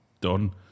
done